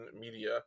media